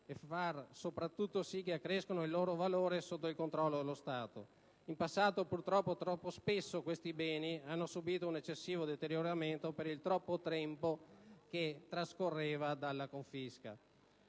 e fare soprattutto in modo che accrescano il loro valore sotto il controllo dello Stato. In passato, purtroppo, questi beni hanno troppo spesso subito un eccessivo deterioramento per il troppo tempo che trascorreva dalla loro confisca.